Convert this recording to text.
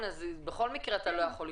לא היית ברגעים הדרמטיים אבל זה הסתדר.